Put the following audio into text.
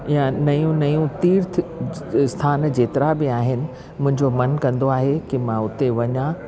या नयू नयू तीर्थ स्थान जेतिरा बि अहिनि मुंहिंजो मनु कंदो आहे कि मां उते वञा